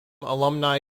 alumni